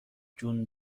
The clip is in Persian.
جون